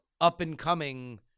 up-and-coming